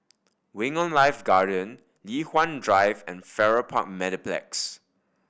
Wing On Life Garden Li Hwan Drive and Farrer Park Mediplex